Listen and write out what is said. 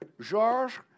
Georges